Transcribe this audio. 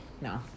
No